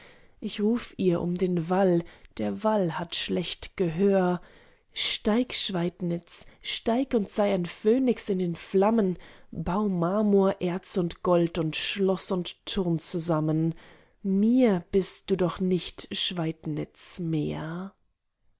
ich ruf ihr um den wall der wall hat schlecht gehör steig schweidnitz steig und sei ein phönix in den flammen bau marmor erz und gold und schloß und turm zusammen mir bist du doch nicht schweidnitz mehr